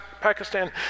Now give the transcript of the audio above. Pakistan